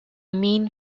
mean